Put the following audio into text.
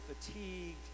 fatigued